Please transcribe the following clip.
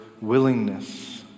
willingness